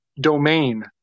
domain